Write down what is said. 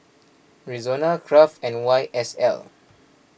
Rexona Kraft and Y S L